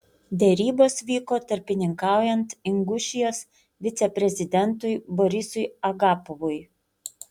derybos vyko tarpininkaujant ingušijos viceprezidentui borisui agapovui